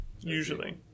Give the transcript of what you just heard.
Usually